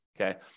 okay